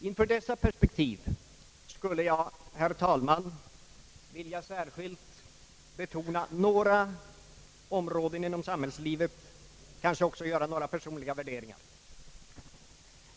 Inför dessa perspektiv skulle jag, herr talman, särskilt vilja framhålla några områden inom samhällslivet, kanske också göra några personliga värderingar.